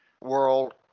world